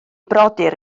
brodyr